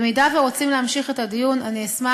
אם רוצים להמשיך את הדיון, אני אשמח.